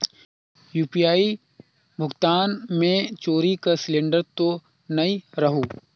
UPI भुगतान मे चोरी कर सिलिंडर तो नइ रहु?